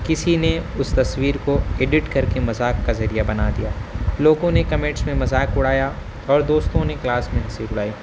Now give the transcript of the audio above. کسی نے اس تصویر کو ایڈٹ کر کے مذاق کا ذریعہ بنا دیا لوگوں نے کمنٹس میں مذاق اڑایا اور دوستوں نے کلاس میں ہنسی اڑائی